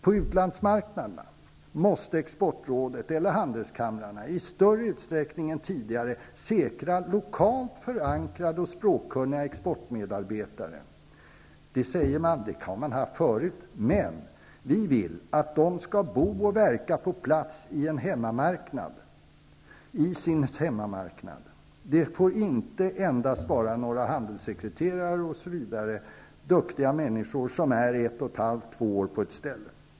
På utlandsmarknaderna måste exportrådet eller handelskamrarna i större utsträckning än tidigare säkra lokalt förankrade och språkkunniga exportmedarbetare. Det sägs då att det har man tidigare haft, men vi vill att dessa skall bo och verka på plats i sin hemmamarknad. Medarbetarna får inte endast bestå av några handelssekreterare. De är i och för sig duktiga människor, men de bor 1,5-- 2 år på ett ställe.